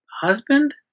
husband